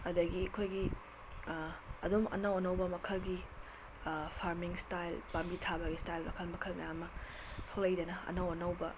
ꯑꯗꯨꯗꯒꯤ ꯑꯩꯈꯣꯏꯒꯤ ꯑꯗꯨꯝ ꯑꯅꯧ ꯑꯅꯧꯕ ꯃꯈꯜꯒꯤ ꯐꯥꯔꯃꯤꯡ ꯏꯁꯇꯥꯏꯜ ꯄꯥꯝꯕꯤ ꯊꯥꯕꯒꯤ ꯏꯁꯇꯥꯏꯜ ꯃꯈꯜ ꯃꯈꯜ ꯃꯌꯥ ꯑꯃ ꯊꯣꯛꯂꯛꯏꯗꯅ ꯑꯅꯧ ꯑꯅꯧꯕ